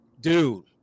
Dude